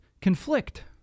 conflict